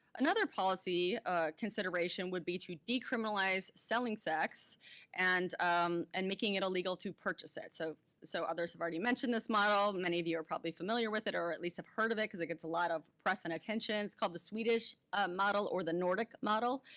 another policy consideration would be to decriminalize selling sex and um and making it illegal to purchase it. so so others have already mentioned this model, many of you are probably familiar with it or at least have heard of it because it gets a lot of press and attention. it's called the swedish ah model or the nordic model.